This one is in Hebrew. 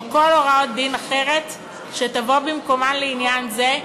או כל הוראת דין אחרת שתבוא במקומן לעניין זה,